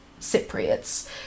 cypriots